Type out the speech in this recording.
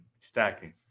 stacking